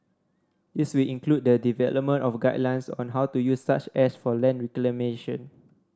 this will include the development of guidelines on how to use such ash for land reclamation